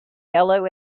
yellow